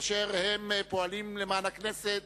אשר הם פועלים למען הכנסת,